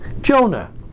Jonah